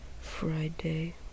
Friday